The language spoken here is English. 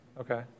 Okay